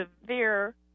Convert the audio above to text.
severe